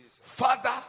Father